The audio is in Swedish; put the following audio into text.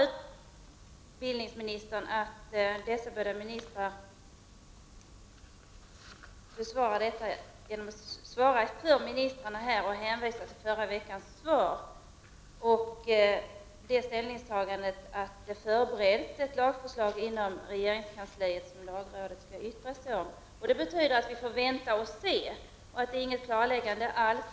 Utbildningsministern svarar för dessa båda ministrar och hänvisar nu till förra veckans frågesvar, där det sades att det inom regeringskansliet förbereds ett lagförslag som lagrådet skall yttra sig om. Det betyder att vi får vänta och se. I dag blir det inget klarläggande.